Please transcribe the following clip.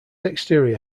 exterior